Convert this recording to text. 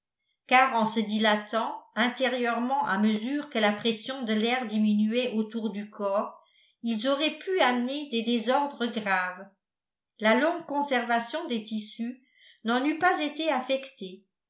car en se dilatant intérieurement à mesure que la pression de l'air diminuait autour du corps ils auraient pu amener des désordres graves la longue conservation des tissus n'en eût pas été affectée